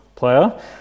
Player